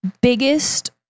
biggest